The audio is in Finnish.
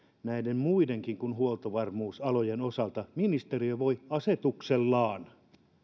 muidenkin kuin huoltovarmuusalojen osalta ministeriö voi asetuksellaan